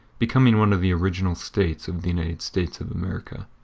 becoming one of the original states of the united states of america.